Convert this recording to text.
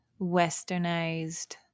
westernized